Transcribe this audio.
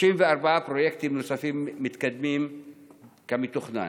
34 פרויקטים נוספים מתקדמים כמתוכנן,